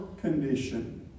condition